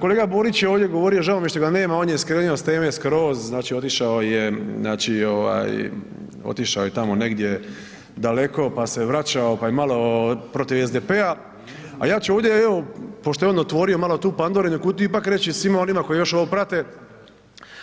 Kolega Borić je ovdje govorio, žao mi je što ga nema, on je skrenuo s teme skroz znači otišao je znači ovaj otišao je tamo negdje daleko, pa se vraćao pa je malo protiv SDP-a, a ja ću ovdje evo pošto je on otvorio malo tu Pandorinu kutiju ipak reći svima onima koji još ovo prate